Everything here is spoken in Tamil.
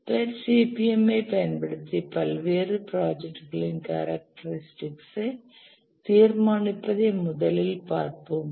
PERT CPM ஐப் பயன்படுத்தி பல்வேறு ப்ராஜெக்ட் கேரக்டரிஸ்டிகஸ் ஐ தீர்மானிப்பதை முதலில் பார்ப்போம்